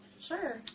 Sure